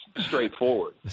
straightforward